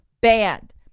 banned